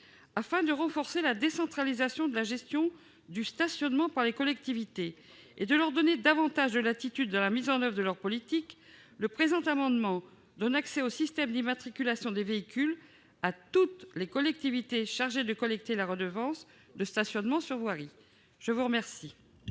Afin de renforcer la décentralisation de la gestion du stationnement par les collectivités et de leur donner davantage de latitude dans la mise en oeuvre de leur politique, le présent amendement vise à ouvrir l'accès au système d'immatriculation des véhicules à toutes les collectivités chargées de collecter la redevance de stationnement sur voirie. Quel